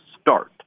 start